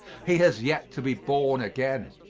he has yet to be born again.